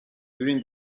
during